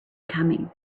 coming